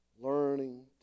Learning